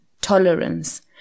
tolerance